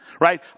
right